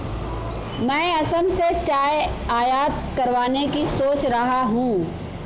मैं असम से चाय आयात करवाने की सोच रहा हूं